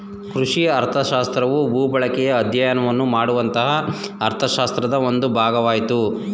ಕೃಷಿ ಅರ್ಥಶಾಸ್ತ್ರವು ಭೂಬಳಕೆಯ ಅಧ್ಯಯನವನ್ನು ಮಾಡುವಂತಹ ಅರ್ಥಶಾಸ್ತ್ರದ ಒಂದು ಭಾಗವಾಗಯ್ತೆ